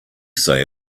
say